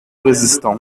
résistants